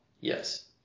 Yes